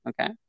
okay